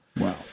Wow